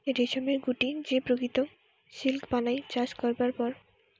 রেশমের গুটি যে প্রকৃত সিল্ক বানায় চাষ করবার পর